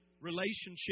relationship